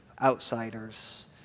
Outsiders